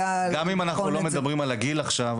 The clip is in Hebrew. גם אם אנחנו לא מדברים על הגיל עכשיו,